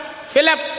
Philip